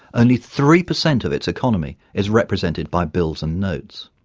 only three per cent of its economy is represented by bills and notes.